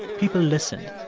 people listened.